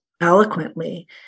eloquently